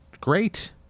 great